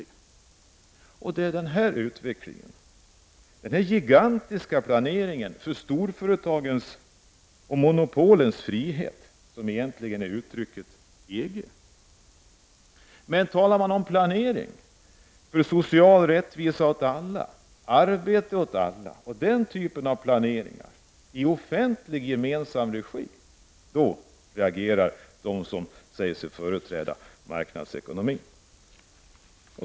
EG är egentligen ett uttryck för den gigantiska planeringen för storföretagens och monopolens frihet. Men talar man om planering för social rättvisa åt alla, arbete åt alla och planering härför i offentlig gemensam regi reagerar de som företräder marknadsekonomin.